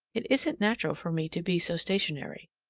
it isn't natural for me to be so stationary.